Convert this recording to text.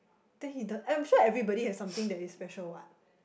then he do~ I'm sure everybody has something that is special [what]